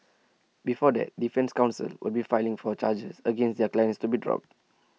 before that defence counsels will be filing for charges against their clients to be dropped